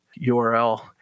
URL